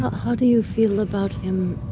how do you feel about him